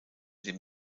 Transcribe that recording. dem